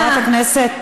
חברת הכנסת.